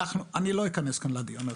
לא אכנס לדיון הזה,